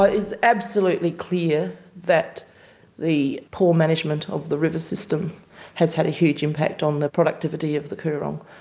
ah it's absolutely clear that the poor management of the river system has had a huge impact on the productivity of the coorong.